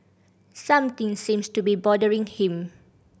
something seems to be bothering him